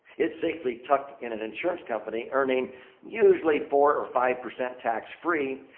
it's safely tucked in an insurance company earning usually four or five percent tax-free.